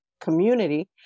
community